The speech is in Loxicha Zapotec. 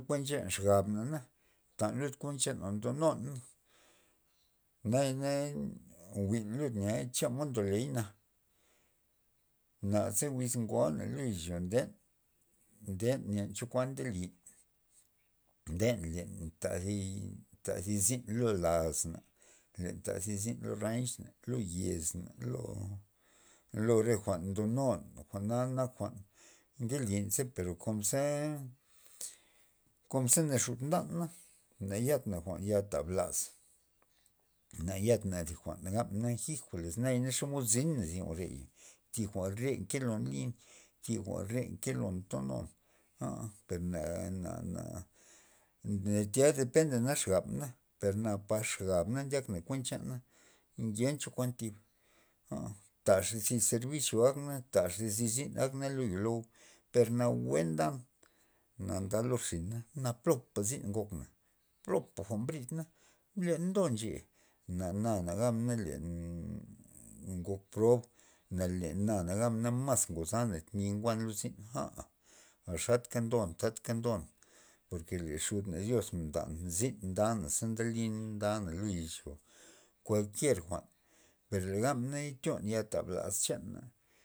Kuen chan xabna tan lud kuent chan kuan ta ndonun nayana na jwi'n lud na chemod ndoleyna, naze wiz ngoa na lud izyo nden nden len chokuan ndelin nden len ta zi ta thi zyn lo lazna len ta thi zin lo rancha lo yez na lo- lo re jwa'n ndonun lo jwa'na nak jwa'n ndelin ze per kon za kon za naxut ndan na, nayan jwa'n ya ta blaz na yanda thi jwa'n nak ijoles nayana xomod zina na jwa'reya thi jwa're nke lo lin thi jwa're nke lon tolon aa per na- na- na natya depende xomod nak xabmen per na par xabna ndyakna kuen chana njencho kuan thib aa taxa zi serbizyo akna taxa thi zin akna lo yo lou' per nawue ndan na nda lo irzyna na plopa zyn ngokna plopa jwa'n mbrid na len do nche na- na na gabna len ngok prob na le na gabna mas ngozana mi' njwa'n lo zyn aa xat ka ndon tata ndon por ke le xudna dios ndan zin ndan naze lin ndan lo izyo kualkier jwa'n per le gabna tyon tablaz chana.